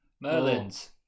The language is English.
Merlin's